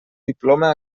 diploma